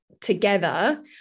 together